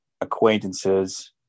acquaintances